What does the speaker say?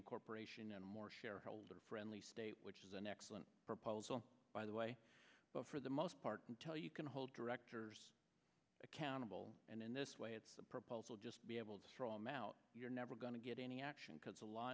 reincorporation and more shareholder friendly state which is an excellent proposal by the way but for the most part until you can hold directors accountable and in this way it's a proposal just be able to throw him out you're never going to get any action because the law